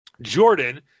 Jordan